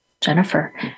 jennifer